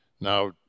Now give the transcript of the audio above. Now